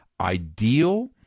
ideal